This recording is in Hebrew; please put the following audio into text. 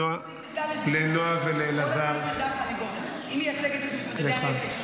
לנועה ולאלעזר ----- היא מייצגת את מתמודדי הנפש,